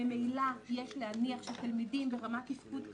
ממילא יש להניח שתלמידים ברמת תפקוד כזאת,